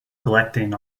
collecting